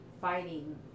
fighting